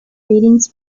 ratings